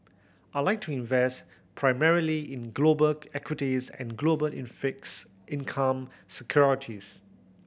I like to invest primarily in global equities and global in fixed income securities